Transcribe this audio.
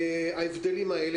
ההבדלים האלה.